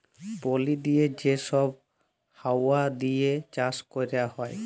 পলি দিঁয়ে যে ছব হাউয়া দিঁয়ে চাষ ক্যরা হ্যয়